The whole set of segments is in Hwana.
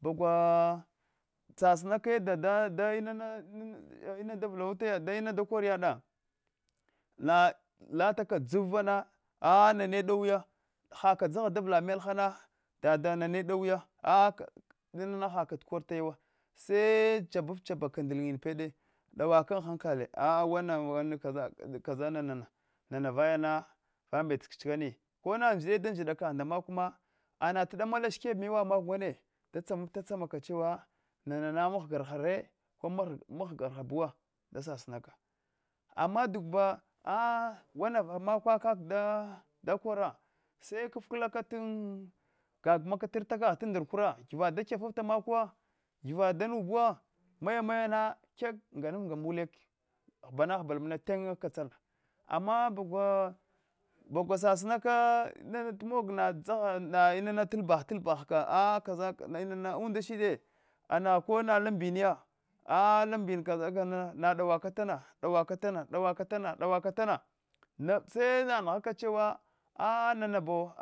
Bagwa sarinake yadok dada inana mana ina dulvawatiya da inana dakor yadda na lataka dzivvana a nane dowinya haka dzagha da vla melahana dada nane dowinya a inana hakagh kortasyawa se jebat tabaka ndil nyinna pede dawaka anhankale awana wan kaza kaza nana na navayana vanbet chi kani kona njide da njot kagh nda makma nat damala shikeb mewa makwa ane da tsamat ta tsamaka chewa nma mghya ahare ko mghga haghhgwa da sasimaha ama duhida ba wama vamak kaka dakora se kfkala tn gagomaka ta arta kagh ta ndr kura giva da kyafa fta maka wa giva danubuwa maya mayana kek nga nu nga muleke ghana ghba inna tennya katsala ama bagwa ossinaka ina na tmogna gzagha na’inana talabagh talabagh ka a kara inana unda shide ana kona lan mbiniya a alan mbin kaza kana na dawaka tana dawaka tana dawaka tana sena nghachewa a namabo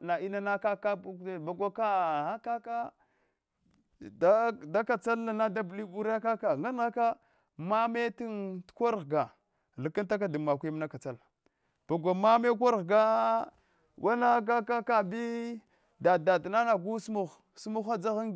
na’ inana kaka bagwaba ka kaka da katsalana dabugure kaka nan nghaka manae takor ghga hgataka dam makaya mna kakala bagwa mame kor ghgga wanna kaka kabi daddana nago smuh smuh dadzaghan